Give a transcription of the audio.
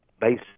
base